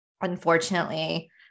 Unfortunately